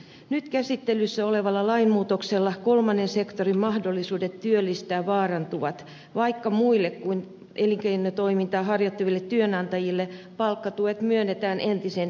nyt käsittelyssä olevalla lainmuutoksella kolmannen sektorin mahdollisuudet työllistää vaarantuvat vaikka muille kuin elinkeinotoimintaa harjoittaville työnantajille palkkatuet myönnetään entisin ehdoin